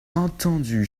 entendu